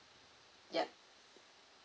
yup